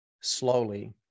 slowly